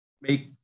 make